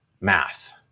math